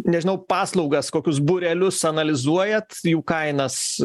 nežinau paslaugas kokius būrelius analizuojat jų kainas